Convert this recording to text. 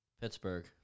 Pittsburgh